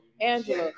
Angela